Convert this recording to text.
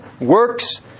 works